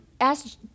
ask